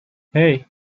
hey